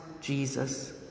Jesus